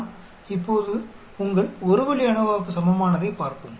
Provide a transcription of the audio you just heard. நாம் இப்போது உங்கள் ஒரு வழி ANOVAக்கு சமமானதைப் பார்ப்போம்